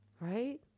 right